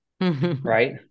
right